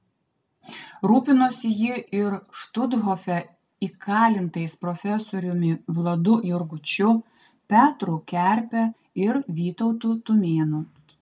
rūpinosi ji ir štuthofe įkalintais profesoriumi vladu jurgučiu petru kerpe ir vytautu tumėnu